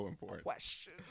question